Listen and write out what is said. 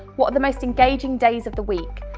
what are the most engaging days of the week?